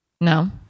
No